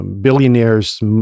billionaires